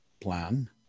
plan